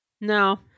no